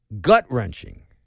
Gut-wrenching